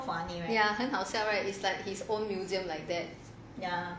ya 很好笑 right is like his own museum like that